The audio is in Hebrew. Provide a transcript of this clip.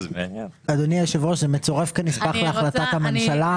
אדוני היושב-ראש, זה מצורף כנספח להחלטת הממשלה.